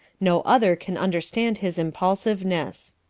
no other can understand his impulsiveness.